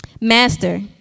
Master